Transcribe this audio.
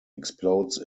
explodes